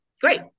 great